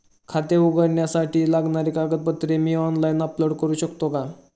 खाते उघडण्यासाठी लागणारी कागदपत्रे मी ऑनलाइन अपलोड करू शकतो का?